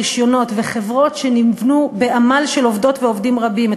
רישיונות וחברות שנבנו בעמל של עובדות ועובדים רבים,